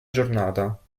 giornata